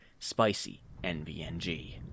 SpicyNVNG